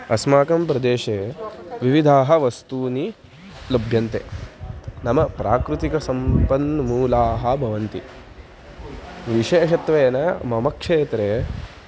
अस्माकं प्रदेशे विविधाः वस्तूनि लभ्यन्ते नाम प्राकृतिकसम्पन्मूलाः भवन्ति विशेषत्वेन मम क्षेत्रे